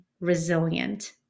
resilient